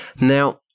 Now